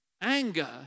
Anger